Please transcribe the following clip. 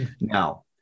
Now